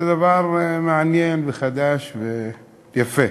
זה דבר מעניין וחדש ויפה.